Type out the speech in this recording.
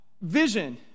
vision